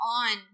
on